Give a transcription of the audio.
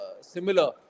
similar